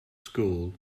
school